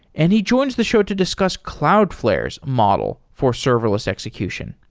and he joins the show to discuss cloudflare's model for serverless execution.